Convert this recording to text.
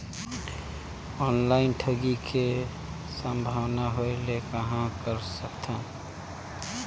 Online ठगी के संभावना होय ले कहां कर सकथन?